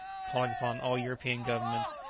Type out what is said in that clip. calling upon all european governments,